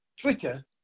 Twitter